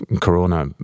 Corona